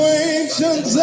ancient